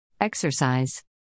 Exercise